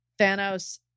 Thanos